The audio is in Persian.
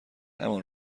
همان